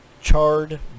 charred